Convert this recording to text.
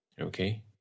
okay